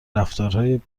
رفتارهای